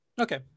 Okay